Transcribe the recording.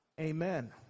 Amen